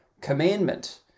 commandment